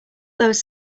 those